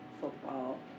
football